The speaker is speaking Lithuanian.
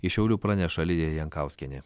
iš šiaulių praneša lidija jankauskienė